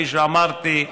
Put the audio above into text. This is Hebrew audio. כפי שאמרתי,